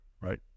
right